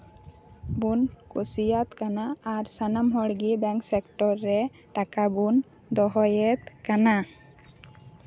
ᱵᱚᱱ ᱠᱩᱥᱤᱭᱟᱜ ᱠᱟᱱᱟ ᱟᱨ ᱥᱟᱱᱟᱢ ᱦᱚᱲᱜᱮ ᱵᱮᱝᱠ ᱥᱮᱠᱴᱚᱨ ᱨᱮ ᱴᱟᱠᱟ ᱵᱚᱱ ᱫᱚᱦᱚᱭᱮᱛ ᱠᱟᱱᱟ